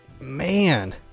Man